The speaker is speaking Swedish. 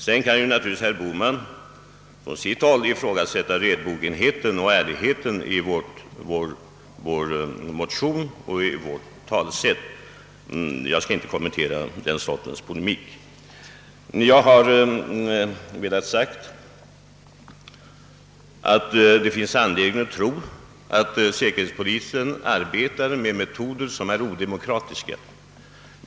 Sedan kan herr Bohman från sitt håll ifrågasätta redobogenheten och ärligheten i vår motion och i vårt talesätt. Jag skall inte kommentera den sortens uppträdande. Jag har velat säga att det finns anledning att tro att säkerhetspolisen arbetar efter odemokratiska metoder.